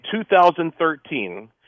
2013